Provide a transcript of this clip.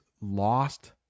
lost